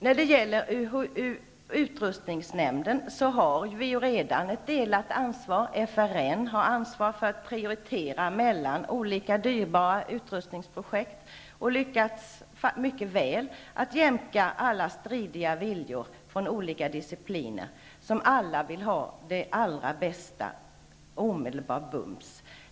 När det gäller utrustningsnämnden är att märka att vi redan har ett delat ansvar. Forskningsrådsnämnden har ansvar för prioritering mellan olika dyrbara utrustningsprojekt. Man har mycket väl lyckats jämka trots många stridiga viljor inom olika discipliner. Alla vill ju ha det allra bästa omedelbart.